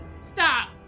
Stop